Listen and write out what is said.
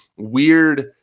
weird